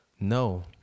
No